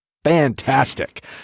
Fantastic